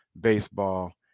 baseball